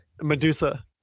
Medusa